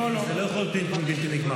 הוא פונה אליי.